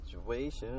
situation